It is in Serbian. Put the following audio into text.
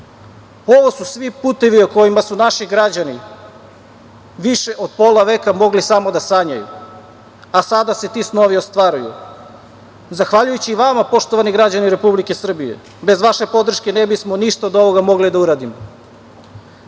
su svi putevi o kojima su naši građani više od pola veka mogli samo da sanjaju, a sada se ti snovi ostvaruju zahvaljujući vama, poštovani građani Republike Srbije. Bez vaše podrške ne bismo ništa od ovoga mogli da uradimo. Ukupna